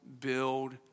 build